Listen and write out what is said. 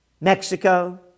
Mexico